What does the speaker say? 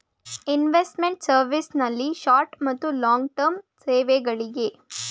investment service ನಲ್ಲಿ short ಮತ್ತು long term ಸೇವೆಗಳಿಗೆ